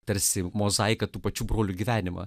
tarsi mozaiką tų pačių brolių gyvenimą